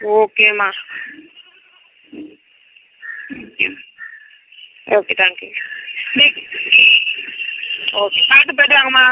ஓகேமா okay thank you okay பார்த்து போய்ட்டு வாங்கமா